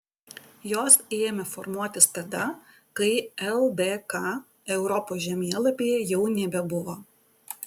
jos ėmė formuotis tada kai ldk europos žemėlapyje jau nebebuvo